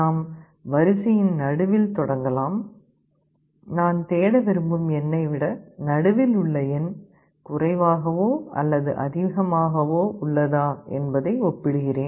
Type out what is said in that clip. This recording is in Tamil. நாம் வரிசையின் நடுவில் தொடங்கலாம் நான் தேட விரும்பும் எண்ணை விட நடுவில் உள்ள எண் குறைவாகவோ அல்லது அதிகமாகவோ உள்ளதா என்பதை ஒப்பிடுகிறேன்